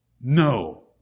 No